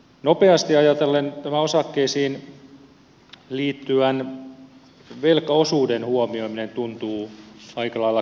nopeasti ajatellen tämä osakkeisiin liittyvän velkaosuuden huomioiminen tuntuu aika lailla kohtuuttomalta